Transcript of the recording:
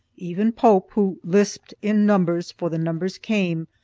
even pope who lisped in numbers for the numbers came,